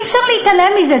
אי-אפשר להתעלם מזה.